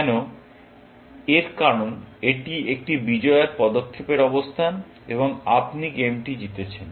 কেন এর কারণ এটি একটি বিজয়ের পদক্ষেপের অবস্থান এবং আপনি গেমটি জিতেছেন